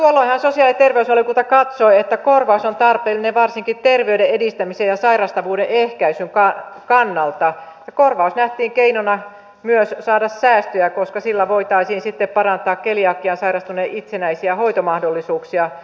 tuolloinhan sosiaali ja terveysvaliokunta katsoi että korvaus on tarpeellinen varsinkin terveyden edistämisen ja sairastavuuden ehkäisyn kannalta ja korvaus nähtiin keinona myös saada säästöjä koska sillä voitaisiin sitten parantaa keliakiaan sairastuneen itsenäisiä hoitomahdollisuuksia